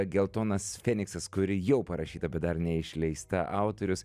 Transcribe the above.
geltonas feniksas kuri jau parašyta bet dar neišleista autorius